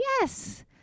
yes